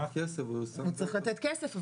צריך אבל לתת כסף.